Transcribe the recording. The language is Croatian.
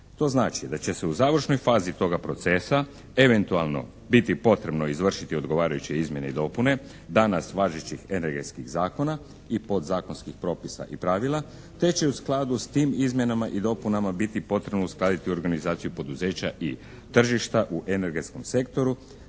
To znači da se u završnoj fazi toga procesa eventualno biti potrebno izvršiti odgovarajuće izmjene i dopune danas važećih energetskih zakona i podzakonskih propisa i pravila te će u skladu s tim izmjenama i dopunama biti potrebno uskladiti organizaciju poduzeća i tržišta u energetskom sektoru